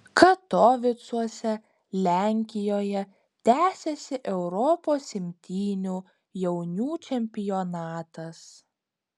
katovicuose lenkijoje tęsiasi europos imtynių jaunių čempionatas